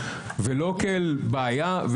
ולא כאל בעיה,